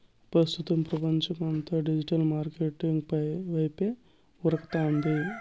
ప్రస్తుతం పపంచమంతా digital market వైపే ఉరకతాంది